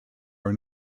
are